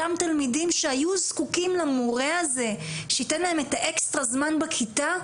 אותם תלמידים שהיו זקוקים למורה הזה שייתן להם את האקסטרה זמן בכיתה,